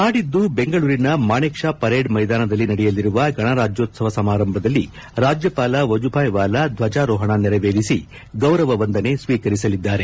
ನಾಡಿದ್ದು ಬೆಂಗಳೂರಿನ Manekshaw parade ಮೈದಾನದನಲ್ಲಿ ನಡೆಯಲಿರುವ ಗಣರಾಜ್ಯ ಸಮಾರಂಭದಲ್ಲಿ ರಾಜ್ಯಪಾಲ ವಜುಬಾಯ್ ವಾಲಾ ಧ್ವಜಾರೋಪಣ ನೆರವೇರಿಸಿ ಗೌರವ ವಂದನೆ ಸ್ವೀಕರಿಸಲಿದ್ದಾರೆ